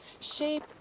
shape